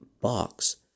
box